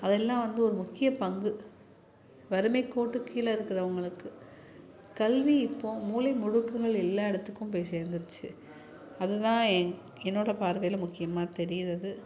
அதெல்லாம் வந்து ஒரு முக்கியப் பங்கு வறுமைக்கோட்டுக்கு கீழே இருக்கிறவங்களுக்கு கல்வி இப்போ மூலை முடுக்குகள் எல்லா இடத்துக்கு போய் சேர்ந்துருச்சி அது தான் என் என்னோடய பார்வையில் முக்கியமாக தெரிகிறது